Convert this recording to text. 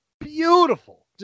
beautiful